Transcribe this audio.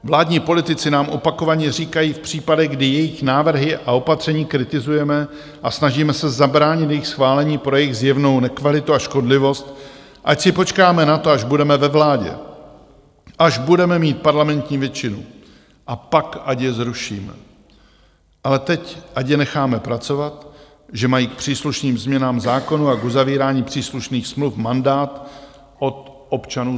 Vládní politici nám opakovaně říkají v případech, kdy jejich návrhy a opatření kritizujeme a snažíme se zabránit jejich schválení pro jejich zjevnou nekvalitu a škodlivost, ať si počkáme na to, až budeme ve vládě, až budeme mít parlamentní většinu, a pak ať je zrušíme, ale teď ať je necháme pracovat, že mají k příslušným změnám zákonů a k uzavírání příslušných smluv mandát od občanů z voleb.